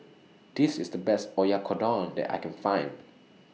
This IS The Best Oyakodon that I Can Find